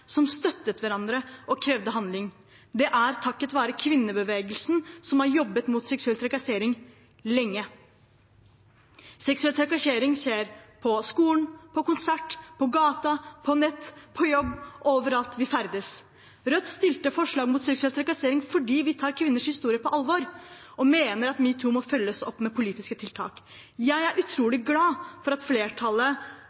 som støttet hverandre, og som krevde handling. Det er takket være kvinnebevegelsen, som har jobbet mot seksuell trakassering lenge. Seksuell trakassering skjer på skolen, på konserter, på gata, på nettet, på jobben – overalt hvor vi ferdes. Rødt fremmet forslag mot seksuell trakassering fordi vi tar kvinners historie på alvor og mener at metoo må følges opp med politiske tiltak. Jeg er